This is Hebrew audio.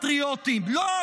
בפטריוטים, לא.